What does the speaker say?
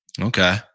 Okay